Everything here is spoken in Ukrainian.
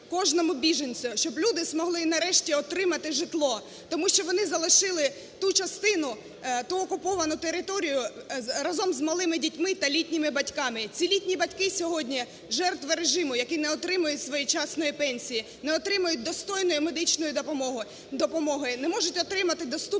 кожному біженцю, щоб люди змогли, нарешті, отримати житло, тому що вони залишили ту частину, ту окуповану територію разом з малими дітьми та літніми батьками. Ці літні батьки сьогодні жертви режиму, які не отримують своєчасної пенсії, не отримують достойної медичної допомоги: не можуть отримати доступні